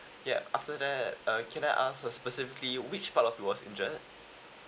ya after that uh can I ask uh specifically which part of it was injured